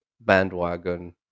bandwagon